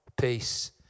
peace